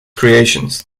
creations